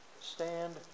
stand